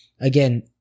Again